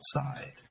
outside